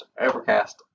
Overcast